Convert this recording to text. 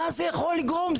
מה זה יכול לגרום?